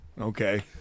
okay